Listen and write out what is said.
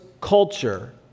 culture